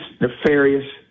nefarious